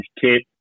kit